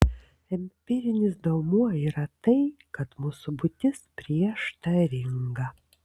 empirinis duomuo yra tai kad mūsų būtis prieštaringa